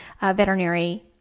veterinary